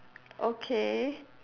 okay